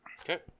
Okay